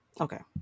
Okay